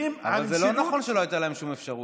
אבל זה לא נכון שלא הייתה להם שום אפשרות.